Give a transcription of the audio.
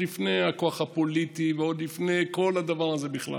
לפני הכוח הפוליטי ועוד לפני כל הדבר הזה בכלל.